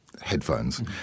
headphones